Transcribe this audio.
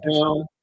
down